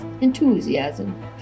enthusiasm